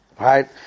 right